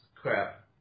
crap